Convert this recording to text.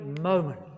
moment